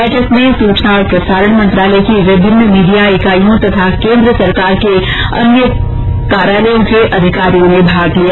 बैठक में सूचना और प्रसारण मंत्रालय की विभिन्न मीडिया ईकाइयों तथा केंद्र सरकार के अन्य कार्यालयों के अधिकारियों ने भाग लिया